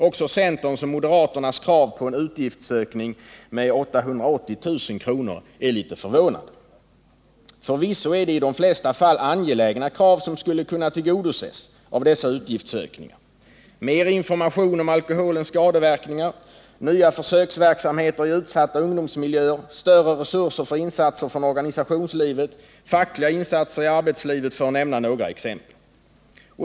Också centerns och moderaternas krav på en utgiftsökning med 880 000 kr. är litet förvånande. Förvisso är det i de flesta fall angelägna krav som skulle kunna tillgodoses genom dessa utgiftsökningar — mer information om alkoholens skadeverkningar, nya försöksverksamheter i utsatta ungdomsmiljöer, större resurser för insatser från organisationslivet, fackliga insatser i arbetslivet, för att nämna några exempel.